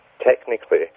technically